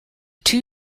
two